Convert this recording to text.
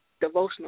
devotional